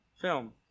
film